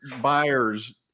buyers